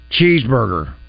cheeseburger